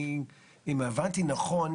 אם הבנתי נכון,